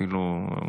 אפילו,